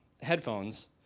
headphones